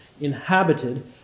inhabited